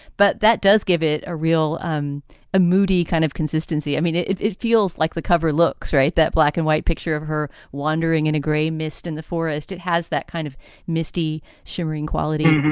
but that does give it a real um a moody kind of consistency. i mean, it it feels like the cover looks right. that black and white picture of her wandering in a gray mist in the forest, it has that kind of misty, shimmering quality.